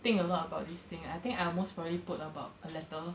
I think a lot about this thing I think most probably put about a letter